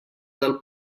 del